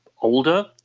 older